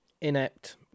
Inept